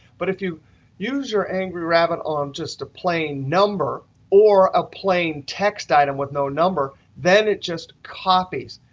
but if you use your angry rabbit on just a plain number or a plain text item with no number, then it just copies.